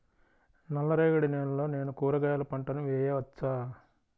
నల్ల రేగడి నేలలో నేను కూరగాయల పంటను వేయచ్చా?